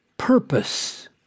Purpose